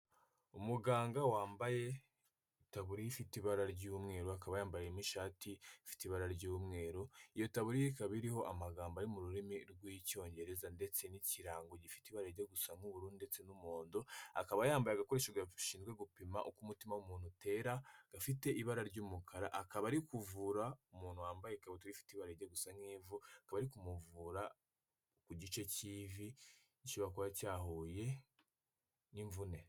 Umuganga wambaye itaburiye ifite ibara ry'umweru, akaba yambaye ishati y'ibara ry'umweru, iyo taburiye ikaba iriho amagambo ari mu rurimi rw'Icyongereza ndetse n'ikirango gifite ibara ryo gusa'ubururu ndetse n'umuhondo, akaba yambaye agakoshoshinzwe gupima k'umutima w'umuntu utera gafite ibara ry'umukara, akaba ari kuvura umuntu wambaye ikabutura ifite ibara rijya gusa nk'ivu bari kumuvura ku gice k'ivi gishobora kuba cyahuye n'imvune.